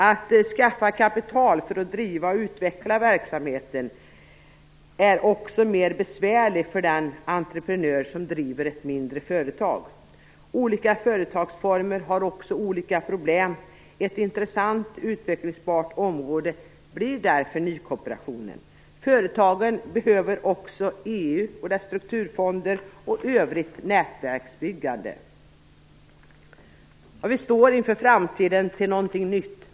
Att skaffa kapital för att driva och utveckla verksamheten är också mer besvärligt för den entreprenör som driver ett mindre företag. Olika företagsformer har också olika problem. Ett intressant utvecklingsbart område blir därför nykooperationen. Företagen behöver också Vi står på tröskeln till något nytt.